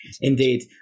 Indeed